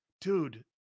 Dude